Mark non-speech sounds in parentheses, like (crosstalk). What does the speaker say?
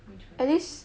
(noise)